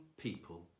people